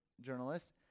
journalist